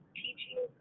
teaching